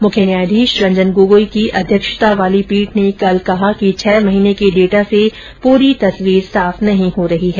मुख्य न्यायाधीश रंजन गोगोई की अध्यक्षता वाली पीठ ने कल कहा कि छह महीने के डेटा से पूरी तस्वीर साफ नहीं हो रही है